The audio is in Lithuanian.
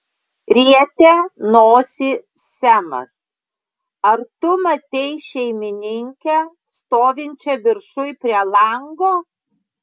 rietė nosį semas ar tu matei šeimininkę stovinčią viršuj prie lango